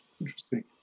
Interesting